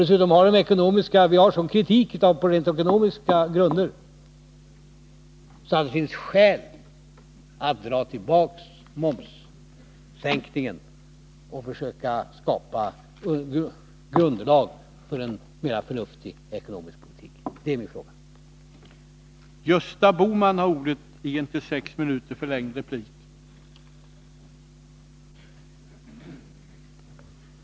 Dessutom har det förekommit en så kraftig kritik på rent ekonomiska grunder att det finns skäl att dra tillbaka förslaget om en momssänkning och försöka skapa underlag för en mera förnuftig ekonomisk politik.